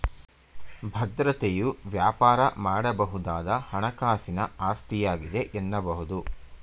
ಭದ್ರತೆಯು ವ್ಯಾಪಾರ ಮಾಡಬಹುದಾದ ಹಣಕಾಸಿನ ಆಸ್ತಿಯಾಗಿದೆ ಎನ್ನಬಹುದು